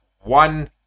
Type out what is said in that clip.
one